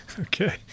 Okay